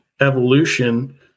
evolution